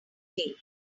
day